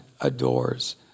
adores